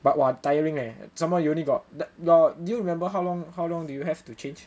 but !wah! tiring leh some more you only got got do you remember how long how long do you have to change